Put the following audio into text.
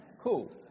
Cool